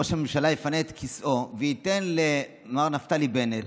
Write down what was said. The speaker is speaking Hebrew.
ראש הממשלה יפנה את כיסאו וייתן למר נפתלי בנט